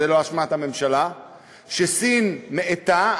זה לא אשמת הממשלה שסין מאטה,